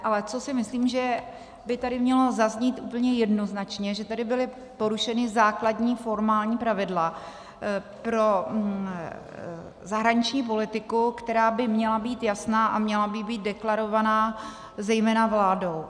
Ale co si myslím, že by tady mělo zaznít úplně jednoznačně, že tady byla porušena základní formální pravidla pro zahraniční politiku, která by měla být jasná a měla by být deklarovaná zejména vládou.